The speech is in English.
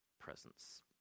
presence